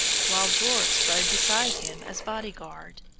while dwarfs rode beside him as bodyguard.